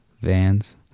Vans